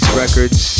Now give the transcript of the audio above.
records